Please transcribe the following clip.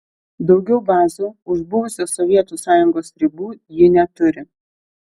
daugiau bazių už buvusios sovietų sąjungos ribų ji neturi